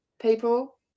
people